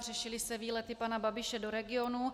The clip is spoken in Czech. Řešily se výlety pana Babiše do regionů.